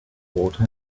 water